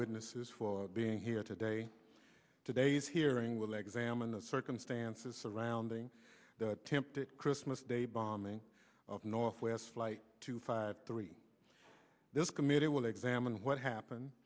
witnesses for being here today today's hearing will examine the circumstances surrounding that tempted christmas day bombing of northwest flight two five three this committee will examine what happened